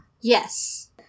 Yes